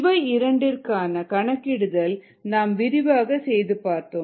இவை இரண்டிற்கான கணக்கிடுதல் நாம் விரிவாக செய்து பார்த்தோம்